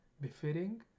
befitting